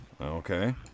okay